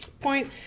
point